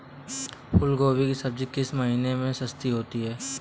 फूल गोभी की सब्जी किस महीने में सस्ती होती है?